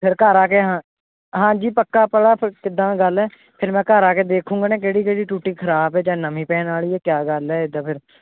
ਫਿਰ ਘਰ ਆ ਕੇ ਹਾਂ ਹਾਂਜੀ ਪੱਕਾ ਪਹਿਲਾਂ ਫ ਕਿੱਦਾਂ ਗੱਲ ਹੈ ਫਿਰ ਮੈਂ ਘਰ ਆ ਕੇ ਦੇਖਾਂਗਾ ਨਾ ਕਿਹੜੀ ਕਿਹੜੀ ਟੂਟੀ ਖ਼ਰਾਬ ਹੈ ਜਾਂ ਨਵੀਂ ਪੈਣ ਵਾਲੀ ਹੈ ਕਿਆ ਗੱਲ ਹੈ ਏਦਾਂ ਫਿਰ